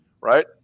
right